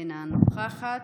אינה נוכחת,